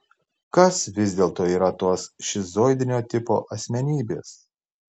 kas vis dėlto yra tos šizoidinio tipo asmenybės